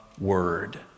word